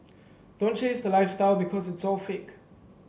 don't chase the lifestyle because it's all fake